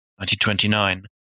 1929